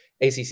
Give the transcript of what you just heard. ACC